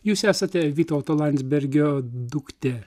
jūs esate vytauto landsbergio duktė